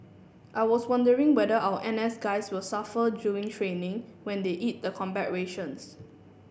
I was wondering whether our N S guys will suffer during training when they eat the combat rations